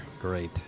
Great